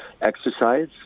Exercise